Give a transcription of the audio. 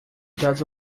das